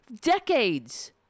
decades